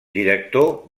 director